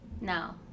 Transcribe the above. No